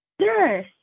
Sure